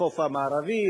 החוף המערבי,